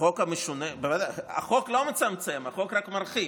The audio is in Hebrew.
החוק לא מצמצם, החוק רק מרחיב.